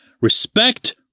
Respect